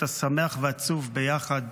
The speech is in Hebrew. אתה שמח ועצוב ביחד,